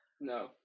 No